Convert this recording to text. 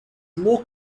more